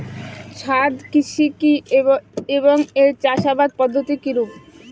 ছাদ কৃষি কী এবং এর চাষাবাদ পদ্ধতি কিরূপ?